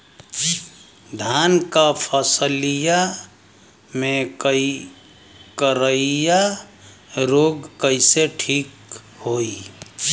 धान क फसलिया मे करईया रोग कईसे ठीक होई?